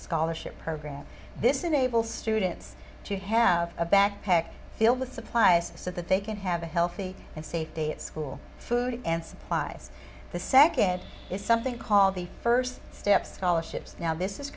scholarship program this enable students to have a backpack filled with supplies so that they can have a healthy and safe day at school food and supplies the second is something called the first step scholarships now this is